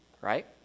right